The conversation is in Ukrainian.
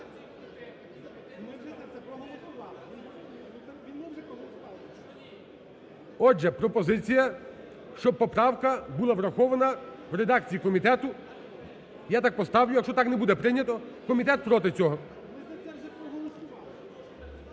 Отже, пропозиція, щоб поправка була врахована в редакції комітету. Я так поставлю, якщо так не буде прийнято, комітет проти цього.